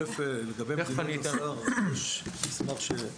קודם כל, לגבי מדיניות השר יש מסמך שפורסם.